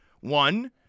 one